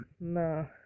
No